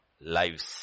lives